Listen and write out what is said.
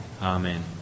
Amen